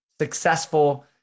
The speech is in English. successful